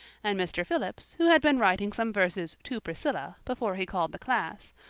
and mr. phillips, who had been writing some verses to priscilla before he called the class,